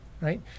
Right